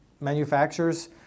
manufacturers